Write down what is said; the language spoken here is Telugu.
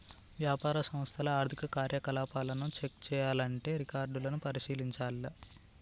వ్యాపార సంస్థల ఆర్థిక కార్యకలాపాలను చెక్ చేయాల్లంటే రికార్డులను పరిశీలించాల్ల